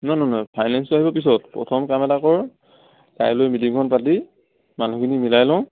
নহয় নহয় ফাইনেন্সটো আহিব পিছত প্ৰথম কাম এটা কৰ কাইলৈ মিটিংখন পাতি মানুহখিনি মিলাই লওঁ